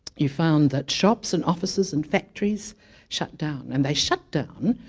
you found that shops and offices and factories shut down and they shut down,